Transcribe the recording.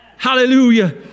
Hallelujah